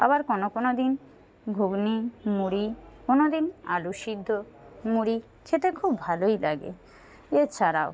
আবার কোনো কোনো দিন ঘুগনি মুড়ি কোনোদিন আলু সিদ্ধ মুড়ি খেতে খুব ভালোই লাগে এছাড়াও